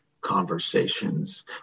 conversations